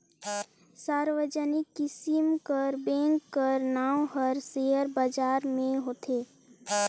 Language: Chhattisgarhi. सार्वजनिक किसिम कर बेंक कर नांव हर सेयर बजार में होथे